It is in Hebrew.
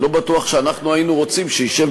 אני לא בטוח שאנחנו היינו רוצים שישב